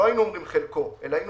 לא היינו אומרים חלקו אלא היינו